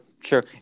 sure